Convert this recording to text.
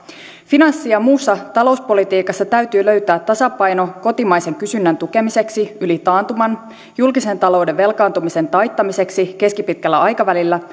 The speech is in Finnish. finanssi ja muussa talouspolitiikassa täytyy löytää tasapaino kotimaisen kysynnän tukemiseksi yli taantuman julkisen talouden velkaantumisen taittamiseksi keskipitkällä aikavälillä